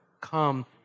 come